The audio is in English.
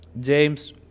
James